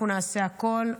אנחנו נעשה הכול,